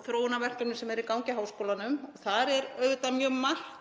og þróunarverkefnin sem eru í gangi í háskólunum. Þar er auðvitað mjög margt